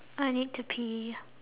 I need to pee